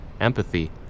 empathy